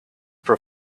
per